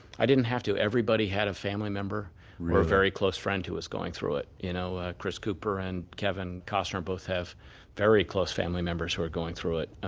i didn't have to. everybody had a family member or a very close friend who was going through it. you know ah chris cooper and kevin costner both have very close family members who are going through it.